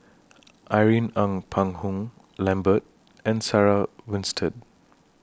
Irene Ng Phek Hoong Lambert and Sarah Winstedt